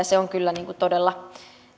se on kyllä todella